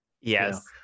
Yes